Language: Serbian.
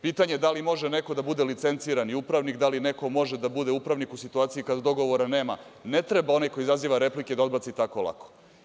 Pitanje da li neko može da bude licencirani upravnik, da li neko može da bude upravnik u situaciji kada dogovora nema, ne treba onaj koji izaziva replike da odbaci tako lako.